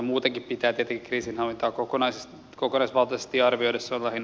muutenkin pitää tietenkin kriisinhallintaa kokonaisvaltaisesti arvioida